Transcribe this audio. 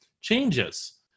changes